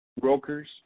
Brokers